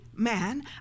man